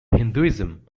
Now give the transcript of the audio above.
hinduism